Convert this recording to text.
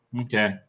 Okay